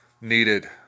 needed